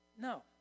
No